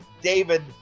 David